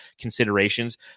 considerations